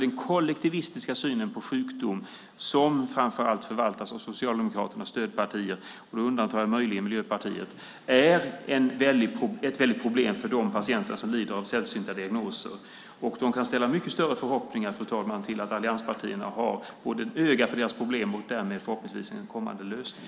Den kollektivistiska synen på sjukdom som framför allt förvaltas av Socialdemokraterna och stödpartierna, möjligen med undantag av Miljöpartiet, är ett väldigt problem för de patienter som lider av sällsynta sjukdomar. De kan ställa mycket större förhoppningar till att allianspartierna har både öga för deras problem och förhoppningsvis en kommande lösning.